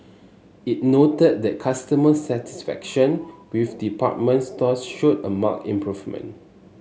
it noted that customer satisfaction with department stores showed a marked improvement